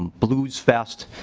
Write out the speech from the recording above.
bluesfest.